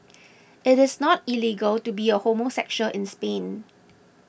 it is not illegal to be a homosexual in Spain